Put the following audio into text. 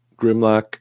Grimlock